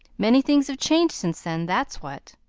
many things have changed since then, that's what.